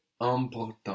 important